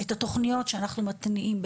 את התוכניות שאנחנו מתניעים,